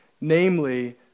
namely